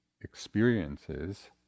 experiences